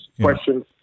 questions